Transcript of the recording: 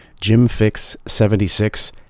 jimfix76